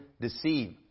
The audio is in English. deceive